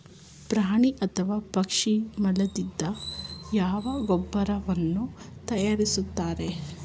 ಪ್ರಾಣಿ ಅಥವಾ ಪಕ್ಷಿಗಳ ಮಲದಿಂದ ಯಾವ ಗೊಬ್ಬರವನ್ನು ತಯಾರಿಸುತ್ತಾರೆ?